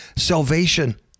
salvation